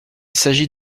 s’agit